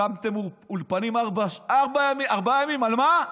הקמתם אולפנים במשך ארבעה ימים, על מה?